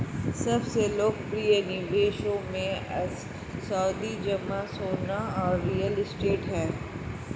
सबसे लोकप्रिय निवेशों मे, सावधि जमा, सोना और रियल एस्टेट है